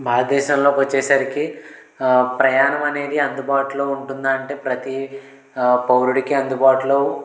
భారతదేశంలోకొచ్చేసరికి ప్రయాణమనేది అందుబాటులో ఉంటుందా అంటే ప్రతి పౌరుడికి అందుబాటులో